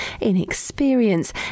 inexperience